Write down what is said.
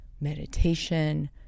meditation